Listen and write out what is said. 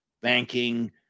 banking